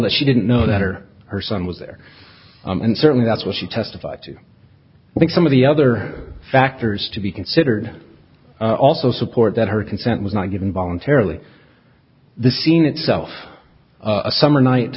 that she didn't know that her her son was there and certainly that's what she testified to i think some of the other factors to be considered also support that her consent was not given voluntarily the scene itself a summer night